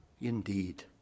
indeed